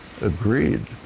agreed